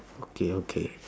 okay okay